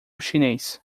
chinês